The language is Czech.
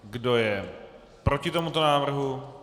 Kdo je proti tomuto návrhu?